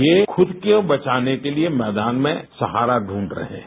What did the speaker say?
ये खुद को बचाने के लिए मैदान में सहारा ढूंढ़ रहे हैं